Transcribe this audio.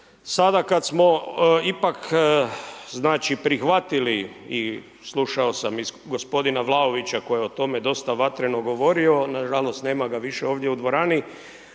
Sada kad smo ipak znači prihvatili i slušao sam iz gospodina Vlaovića koji je o tome dosta vatrenog govorio. Nažalost, nema ga više ovdje u dvorani.